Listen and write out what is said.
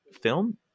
Film